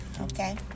Okay